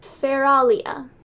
Feralia